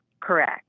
Correct